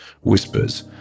whispers